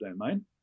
domain